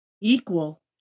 equal